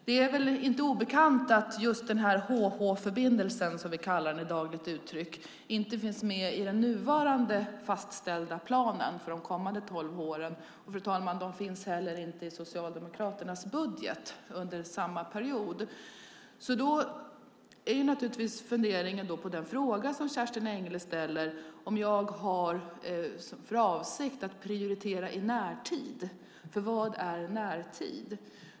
Det är väl inte obekant att just den här HH-förbindelsen inte finns med i den nuvarande fastställda planen för de kommande tolv åren. Och, fru talman, den finns inte heller i Socialdemokraternas budget under samma period. Kerstin Engle frågar om jag har för avsikt att prioritera detta i närtid. Vad är närtid?